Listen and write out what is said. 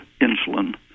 insulin